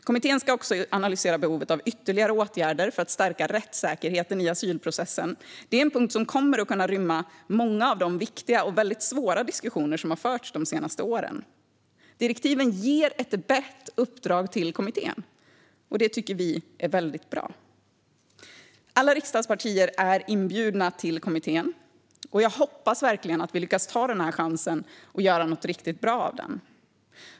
Kommittén ska också analysera behovet av ytterligare åtgärder för att stärka rättssäkerheten i asylprocessen. Det är en punkt som kommer att kunna rymma många av de viktiga och väldigt svåra diskussioner som har förts de senaste åren. Direktiven ger ett brett uppdrag till kommittén, och det tycker vi är väldigt bra. Alla riksdagspartier är inbjudna till kommittén, och jag hoppas verkligen att vi lyckas ta den här chansen och göra något riktigt bra av den.